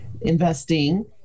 investing